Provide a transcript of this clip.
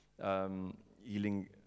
healing